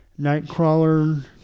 Nightcrawler